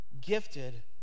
gifted